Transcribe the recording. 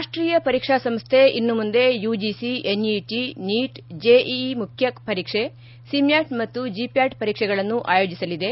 ರಾಷ್ಷೀಯ ಪರೀಕ್ಷಾ ಸಂಸ್ಥೆ ಇನ್ನು ಮುಂದೆ ಯುಜಿಸಿ ಎನ್ಇಟಿ ನೀಟ್ ಜೆಇಇ ಮುಖ್ಯ ಪರೀಕ್ಷೆ ಸಿಮ್ಮಾಟ್ ಮತ್ತು ಜಿಮ್ಮಾಟ್ ಪರೀಕ್ಷೆಗಳನ್ನು ಆಯೋಜಿಸಲಿದೆ